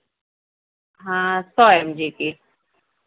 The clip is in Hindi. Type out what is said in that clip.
हाँ सौ एम जी की